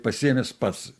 pasiėmęs pats